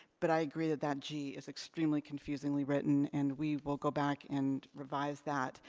but i agree that that g is extremely confusingly written. and we will go back and revise that.